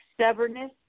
stubbornness